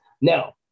Now